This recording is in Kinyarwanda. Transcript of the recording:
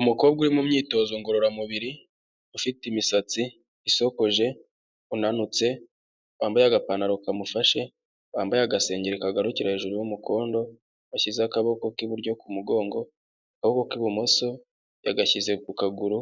Umukobwa uri mu myitozo ngororamubiri, ufite imisatsi isokoje, unanutse, wambaye agapantaro kamufashe, wambaye agasengeri kagarukira hejuru y'umukondo, washyize akaboko k'iburyo ku mugongo, akaboko k'ibumoso yagashyize ku kaguru,